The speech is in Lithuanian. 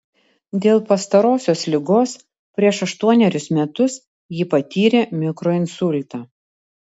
dėl pastarosios ligos prieš aštuonerius metus ji patyrė mikroinsultą